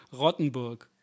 Rottenburg